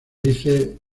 dice